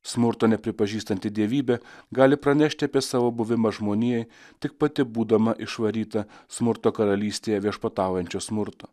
smurto nepripažįstanti dievybė gali pranešti apie savo buvimą žmonijai tik pati būdama išvaryta smurto karalystėje viešpataujančio smurto